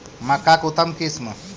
मक्का के उतम किस्म?